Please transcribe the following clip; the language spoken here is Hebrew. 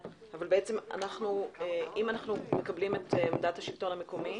אבל אם אנחנו מקבלים את עמדת השלטון המקומי